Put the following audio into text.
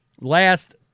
last